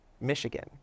Michigan